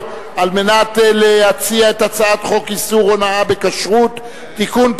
על מנת להציע את הצעת חוק איסור הונאה בכשרות (תיקון,